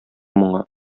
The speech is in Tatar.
моңа